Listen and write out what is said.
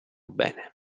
bene